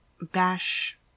bash